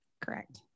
Correct